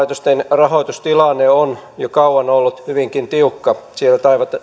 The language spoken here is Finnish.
rahoitustilanne on jo kauan ollut hyvinkin tiukka siellä